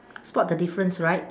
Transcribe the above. spot the difference right